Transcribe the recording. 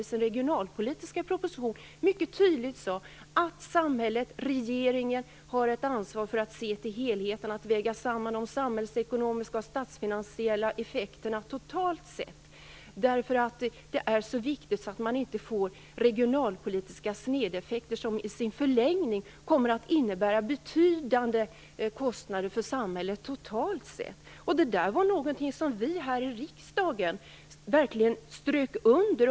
I sin regionalpolitiska proposition sade regeringen mycket tydligt att samhället, regeringen, har ett ansvar för att se till helheten och för att väga samman de samhällsekonomiska och statsfinansiella effekterna totalt sett. Det är ju viktigt att man inte får regionalpolitiska snedeffekter som i en förlängning kommer att innebära betydande kostnader för samhället totalt sett. Detta strök vi här i riksdagen verkligen under.